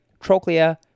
trochlea